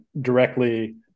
directly